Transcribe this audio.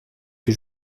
que